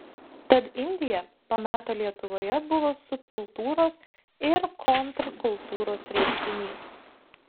tad indija to meto lietuvoje buvo subkultūros ir kontrkultūros reiškinys